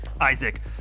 Isaac